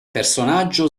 personaggio